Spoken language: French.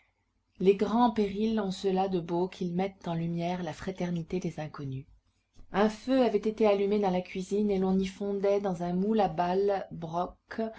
les grands périls ont cela de beau qu'ils mettent en lumière la fraternité des inconnus un feu avait été allumé dans la cuisine et l'on y fondait dans un moule à balles brocs